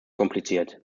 kompliziert